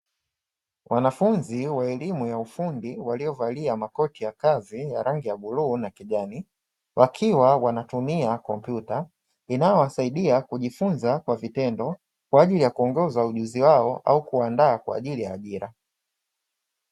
Wanafunzi wa elimu wa ufundi waliovalia makoti ya kazi ya rangi ya bluu na kijani, wakiwa wanatumia kompyuta inayowasaidia kujifunza kwa vitendo kwa ajili ya kuongoza ujuzi wao au kuwandaa kwa ajili ya ajira.